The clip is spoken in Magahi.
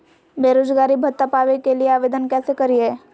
बेरोजगारी भत्ता पावे के लिए आवेदन कैसे करियय?